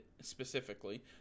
specifically